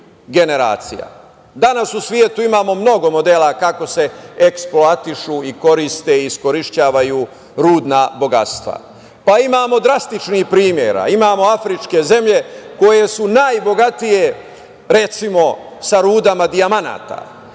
u svetu imamo mnogo modela kako se eksploatišu, koriste i iskorišćavaju rudna bogatstva. Imamo drastičnih primera. Imamo afričke zemlje koje su najbogatije, recimo, sa rudama dijamanata,